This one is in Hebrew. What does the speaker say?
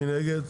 מי נגד?